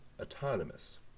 autonomous